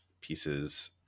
pieces